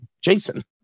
Jason